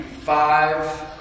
five